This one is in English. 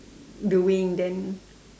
doing then